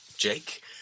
Jake